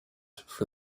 for